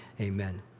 Amen